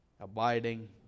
abiding